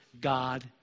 God